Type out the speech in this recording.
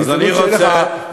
אני רוצה,